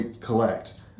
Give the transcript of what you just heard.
collect